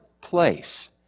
place